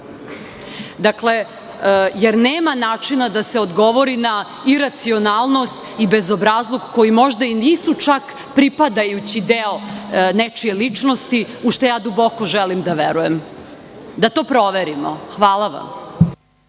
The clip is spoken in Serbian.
dovoljno, jer nema načina da se odgovori na iracionalnost i bezobrazluk koji možda i nisu čak pripadajući deo nečije ličnosti, u šta ja duboko želim da verujem. Da to proverimo. Hvala vam.